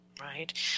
right